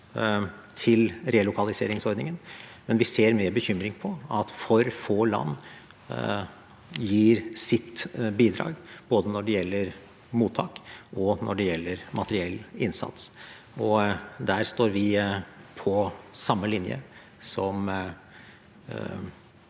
til relokaliseringsordningen, men vi ser med bekymring på at for få land gir sitt bidrag både når det gjelder mottak, og når det gjelder materiell innsats. Der står vi på samme linje som